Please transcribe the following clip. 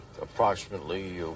approximately